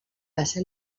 passa